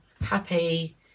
happy